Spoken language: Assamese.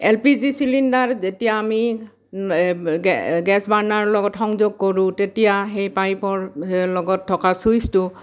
এল পি জি চিলিণ্ডাৰ যেতিয়া আমি গেছ বাৰ্ণাৰৰ লগত সংযোগ কৰোঁ তেতিয়া সেই পাইপৰ সেয়া লগত থকা ছুইচটো